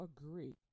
agree